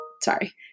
sorry